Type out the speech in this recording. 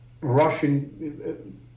Russian